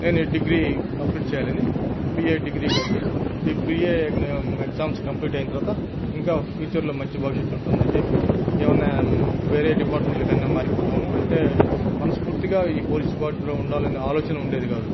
నేను degree complete చేయాలని BA degree కట్టి బీఎ నేను ఎగ్జామ్స్ కంప్లీట్ అయిన తర్వాత ఇంకా ఫ్యూచర్లో మంచి భవిష్యత్తు ఉంటుందని చెప్పి ఎమన్నా వేరే డిపార్ట్మెంట్లో కన్నా మారిపోతాము అంటే మనస్ఫూర్తిగా ఈ పోలీస్ డిపార్ట్మెంట్లో ఉండాలని ఆలోచన ఉండేది కాదు